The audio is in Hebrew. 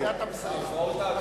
ההפרעות העצמיות.